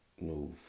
no